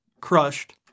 crushed